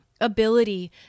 ability